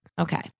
Okay